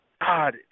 God